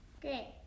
Great